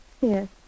Yes